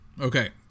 Okay